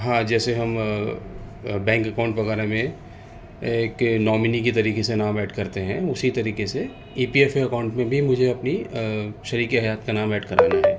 ہاں جیسے ہم بینک اکاؤنٹ وغیرہ میں ایک نامنی کے طریقے سے نام ایڈ کرتے ہیں اسی طریقے سے ای پی ایف او کے اکاؤنٹ میں بھی مجھے اپنی شریکِ حیات کا نام ایڈ کرانا ہے